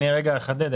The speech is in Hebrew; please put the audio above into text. אני רגע אחדד.